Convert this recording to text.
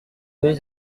deux